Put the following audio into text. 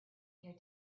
here